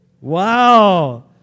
Wow